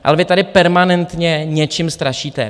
Ale vy tady permanentně něčím strašíte.